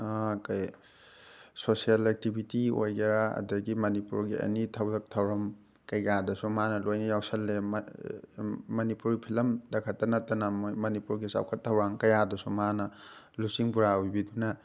ꯀꯩ social activity ꯑꯣꯏꯒꯦꯔꯥ ꯑꯗꯒꯤ ꯃꯅꯤꯄꯨꯔꯒꯤ ꯑꯦꯅꯤ ꯊꯕꯛ ꯊꯧꯔꯝ ꯀꯩꯀꯥꯗꯁꯨ ꯃꯥꯅ ꯂꯣꯏꯅ ꯌꯥꯎꯁꯜꯂꯦ ꯃꯅꯤꯄꯨꯔ ꯐꯤꯂꯝꯗ ꯈꯛꯇ ꯅꯠꯇꯅ ꯃꯅꯤꯄꯨꯔꯒꯤ ꯆꯥꯎꯈꯠ ꯊꯧꯔꯥꯡ ꯀꯌꯥꯗꯁꯨ ꯃꯥꯅ ꯂꯨꯆꯤꯡ ꯄꯨꯔꯦꯜ ꯑꯣꯏꯕꯤꯗꯨꯅ